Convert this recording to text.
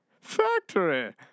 factory